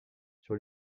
sur